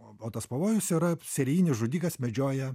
o tas pavojus yra serijinis žudikas medžioja